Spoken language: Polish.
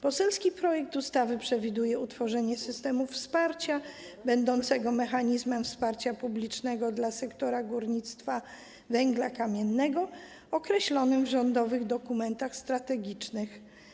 Poselski projekt ustawy przewiduje utworzenie systemu wsparcia będącego mechanizmem wsparcia publicznego dla sektora górnictwa węgla kamiennego określonym w rządowych dokumentach strategicznych.